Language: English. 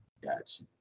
Gotcha